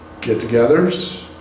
get-togethers